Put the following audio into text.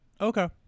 Okay